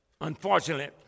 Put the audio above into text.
Unfortunately